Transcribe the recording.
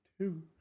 two